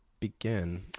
begin